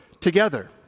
together